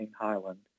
Highland